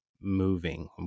moving